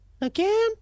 Again